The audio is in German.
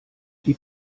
die